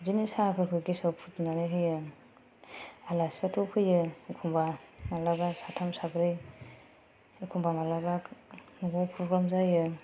बिदिनो साहाफोरखौ गेसआव फुदुंनानै होयो आलासियाथ' फैयो एखम्बा माब्लाबा साथाम साब्रै एखम्बा माब्लाबा बबावबा प्रग्राम जायो